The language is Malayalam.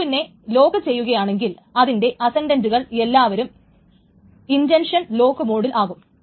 f2 നെ ലോക്ക് ചെയ്യുകയാണെങ്കിൽ അതിൻറെ അസെൻഡന്റുകൾ എല്ലാവരും ഇന്റൻഷൻ ലോക്ക് മോഡിൽ ആകും